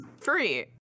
free